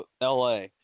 LA